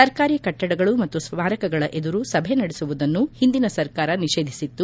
ಸರ್ಕಾರಿ ಕಟ್ಟಡಗಳು ಮತ್ತು ಸ್ಥಾರಕಗಳ ಎದುರು ಸಭೆ ನಡೆಸುವುದನ್ನು ಹಿಂದಿನ ಸರ್ಕಾರ ನಿಷೇಧಿಸಿತ್ತು